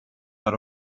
out